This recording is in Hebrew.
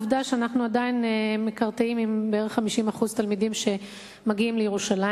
עובדה שאנחנו עדיין מקרטעים עם בערך 50% תלמידים שמגיעים לירושלים.